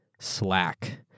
Slack